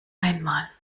einmal